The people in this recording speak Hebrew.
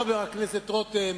חבר הכנסת רותם,